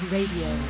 Radio